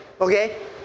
Okay